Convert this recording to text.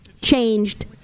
changed